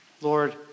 Lord